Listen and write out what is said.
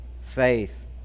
faith